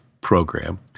program